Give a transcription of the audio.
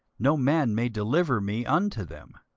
no man may deliver me unto them.